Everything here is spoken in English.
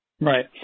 Right